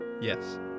Yes